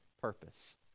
purpose